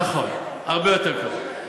נכון, הרבה יותר קרוב.